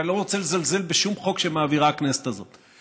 ואני לא רוצה לזלזל בשום חוק שמעבירה הכנסת הזו,